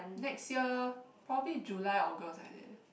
next year probably July August like that